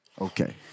Okay